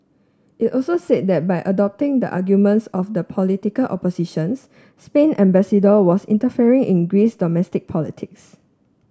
it also said that by adopting the arguments of the political opposition Spain's ambassador was interfering in Greece's domestic politics